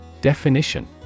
Definition